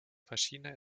verschiedene